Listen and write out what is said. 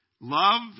Love